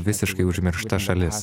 visiškai užmiršta šalis